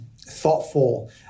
thoughtful